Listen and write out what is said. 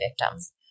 victims